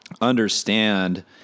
understand